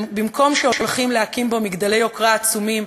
במקום שהולכים להקים בו מגדלי יוקרה עצומים,